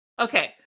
Okay